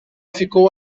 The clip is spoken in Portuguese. ficou